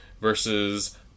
versus